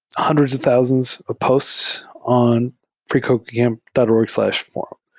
hundreds of thousands of posts on freecodecamp dot org slash forum.